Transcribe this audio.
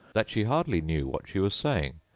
that she hardly knew what she was saying,